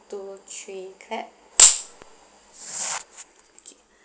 two three clap